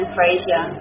Frazier